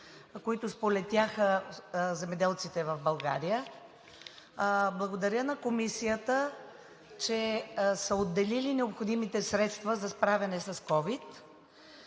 които сполетяха земеделците в България. Благодаря на Комисията, че са отделили необходимите средства за справяне с ковид.